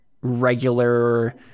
regular